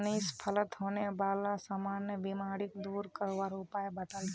मनीष फलत होने बाला सामान्य बीमारिक दूर करवार उपाय बताल की